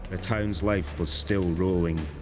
ah town's life was still rolling.